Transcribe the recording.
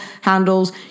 handles